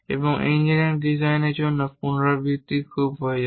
এবং ইঞ্জিনিয়ারিং ডিজাইনের জন্য পুনরাবৃত্তির খুব প্রয়োজন